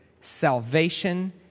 Salvation